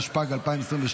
התשפ"ג 2022,